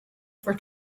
for